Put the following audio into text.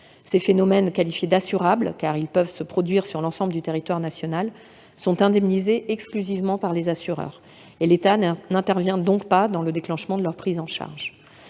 Ces phénomènes, qualifiés d'« assurables », car ils peuvent se produire sur l'ensemble du territoire national, sont indemnisés exclusivement par les assureurs. L'État n'intervient donc pas dans le déclenchement de leur prise en charge.